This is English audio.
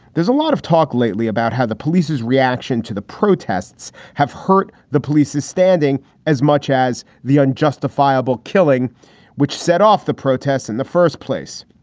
there's a lot of talk lately about how the police's reaction to the protests have hurt the police's standing as much as the unjustifiable killing which set off the protests in the first place.